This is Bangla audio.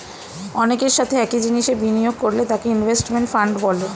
অনেকের সাথে একই জিনিসে বিনিয়োগ করলে তাকে ইনভেস্টমেন্ট ফান্ড বলে